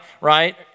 right